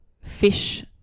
fish